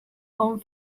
home